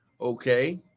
okay